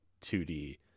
2D